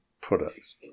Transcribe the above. products